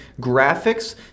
graphics